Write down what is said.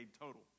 total